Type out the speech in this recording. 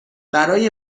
برای